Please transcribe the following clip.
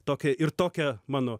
tokia ir tokia mano